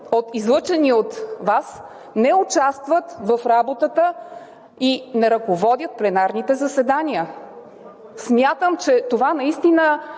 излъчения от Вас, не участват в работата и не ръководят пленарните заседания? Смятам, че това наистина